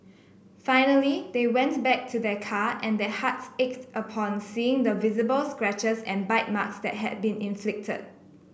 finally they went back to their car and their hearts ached upon seeing the visible scratches and bite marks that had been inflicted